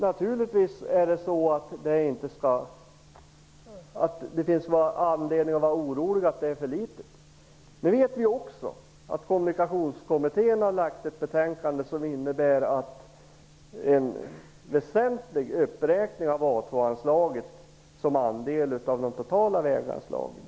Naturligtvis finns det anledning att vara orolig för att anslaget är för litet. Vi vet också att Kommunikationskommittén har lagt fram ett betänkande som innebär en väsentlig uppräkning av A2-anslaget som andel av de totala väganslagen.